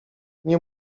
nie